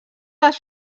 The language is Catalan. les